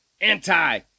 Anti